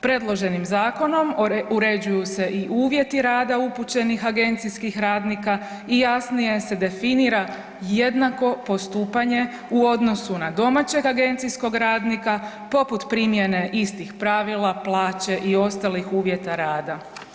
Predloženim zakonom uređuju se i uvjeti rada upućenih agencijskih radnika i jasnije se definira jednako postupanje u odnosu na domaćeg agencijskog radnika poput, primjene istih pravila, plaće i ostalih uvjeta rada.